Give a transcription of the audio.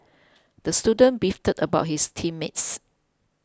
the student beefed about his team mates